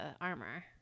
armor